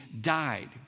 died